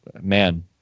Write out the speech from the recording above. man